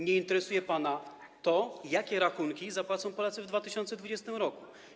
Nie interesuje pana to, jakie rachunki zapłacą Polacy w 2020 r.